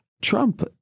Trump